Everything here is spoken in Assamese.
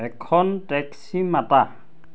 এখন টেক্সি মাতা